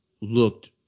looked